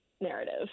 narrative